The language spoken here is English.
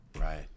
Right